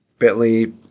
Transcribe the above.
Bentley